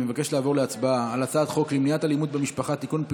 אני מבקש לעבור להצבעה על הצעת חוק למניעת אלימות במשפחה (תיקון,